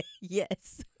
Yes